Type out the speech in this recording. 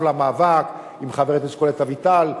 בעבר למאבק עם חברת הכנסת קולט אביטל,